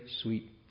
sweet